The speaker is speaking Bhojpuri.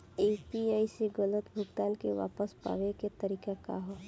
यू.पी.आई से गलत भुगतान के वापस पाये के तरीका का ह?